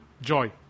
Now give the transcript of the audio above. joy